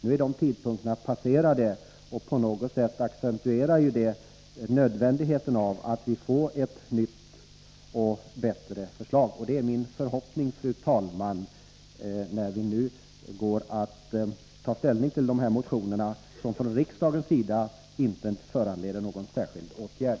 Nu har dessa tidpunkter passerats, och på något sätt accentuerar det nödvändigheten av att vi får ett nytt och bättre förslag byggt på bilstöldskommitténs utredning. Detta är min förhoppning, fru talman, när vi nu går att ta ställning till de här motionerna, som från riksdagens sida inte föranleder någon särskild åtgärd.